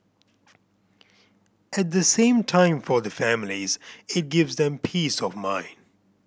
at the same time for the families it gives them peace of mind